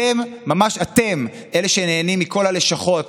אתם, ממש אתם, אלה שנהנים מכל הלשכות